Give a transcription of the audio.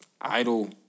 idle